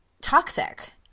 toxic